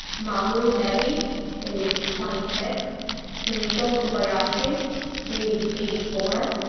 malu devi age twenty six sumiko kobayashi age eighty four,